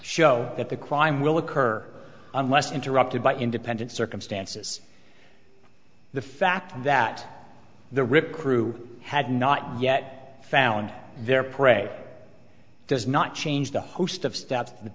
show that the crime will occur unless interrupted by independent circumstances the fact that the rip crew had not yet found their prey does not change the host of steps that